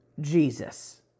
Jesus